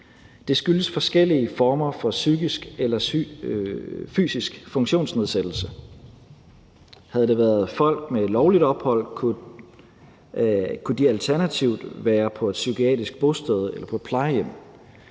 Det skyldes forskellige former for psykisk eller fysisk funktionsnedsættelse. Havde det været folk med lovligt ophold, kunne de alternativt være på et psykiatrisk bosted eller på et plejehjem.